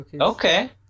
Okay